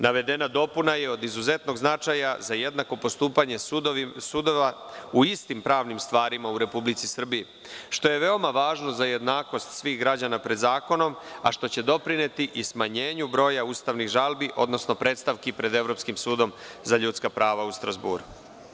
Navedena dopuna je od izuzetnog značaja za jednako postupanje sudova u istim pravnim stvarima u Republici Srbiji, što je veoma važno za jednakost svih građana pred zakonom, a što će doprineti i smanjenju broja ustavnih žalbi, odnosno predstavki pred Evropskim sudom za ljudska prava u Strazburu.